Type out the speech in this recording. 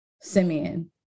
Simeon